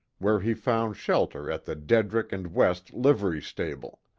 where he found shelter at the dedrick and west livery stable.